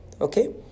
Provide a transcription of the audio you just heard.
Okay